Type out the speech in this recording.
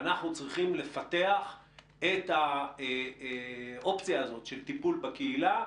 אנחנו צריכים לפתח את האופציה הזאת של טיפול בקהילה,